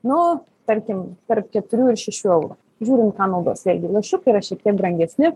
nu tarkim tarp keturių ir šešių eurų žiūrint ką naudos jeigu lašiukai yra šiek tiek brangesni